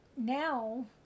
now